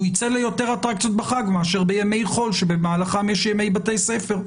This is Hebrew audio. הוא יצא ליותר אטרקציות בחג מאשר בימי חול שבמהלכם יש ימי בתי ספר.